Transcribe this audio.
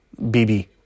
BB